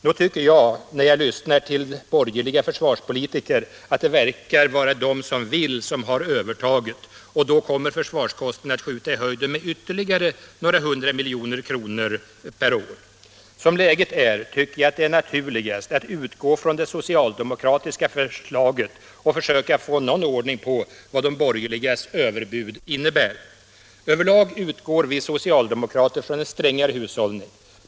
Nog tycker jag när jag lyssnar till borgerliga försvarspolitiker att det verkar vara de som vill som har övertaget, och då kommer försvarskostnaden att skjuta i höjden med ytterligare några hundra miljoner kronor per år. Som läget är tycker jag att det är naturligast att utgå från det socialdemokratiska förslaget och försöka få någon ordning på vad de borgerligas överbud innebär. Över lag utgår vi socialdemokrater från en strängare hushållning.